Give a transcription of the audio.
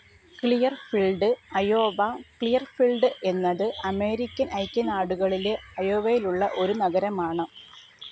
Clearfield Iowa Clearfield എന്നത് American ഐക്യനാടുകളിലെ അയോവയിലുള്ള ഒരു നഗരമാണ്